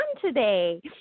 today